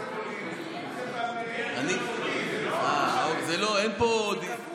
זה לא לפי איך שנוח, אה, אין פה, זה קבוע.